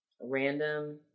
random